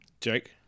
Jake